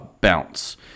bounce